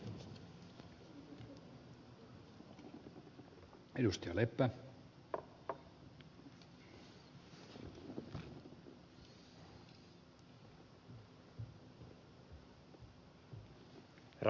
herra puhemies